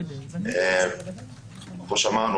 כמו שאמרנו,